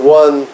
one